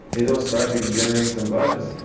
it'll start to generate some buzz.